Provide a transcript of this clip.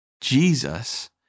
Jesus